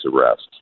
arrests